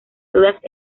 todas